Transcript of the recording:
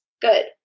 good